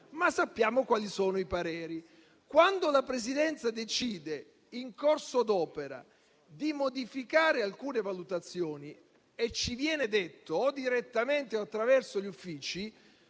ma sappiamo quali sono. Quando la Presidenza decide in corso d'opera di modificare alcune valutazioni e ci viene detto, o direttamente o attraverso gli uffici,